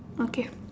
okay